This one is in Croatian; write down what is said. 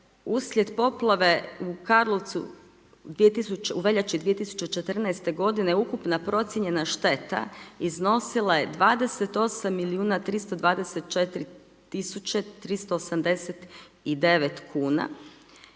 uslijed poplave u Karlovcu u veljači 2014. .g ukupna procijenjena šteta iznosila je 28 milijuna